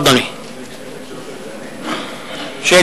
אני מבקשת להוסיף את הקול